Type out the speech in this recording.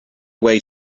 way